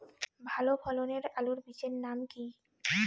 ভালো ফলনের আলুর বীজের নাম কি?